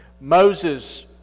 Moses